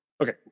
Okay